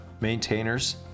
maintainers